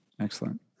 Excellent